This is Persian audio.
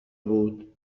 بود